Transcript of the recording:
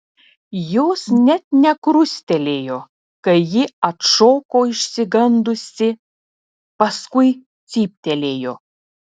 jos net nekrustelėjo kai ji atšoko išsigandusi paskui cyptelėjo